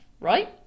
right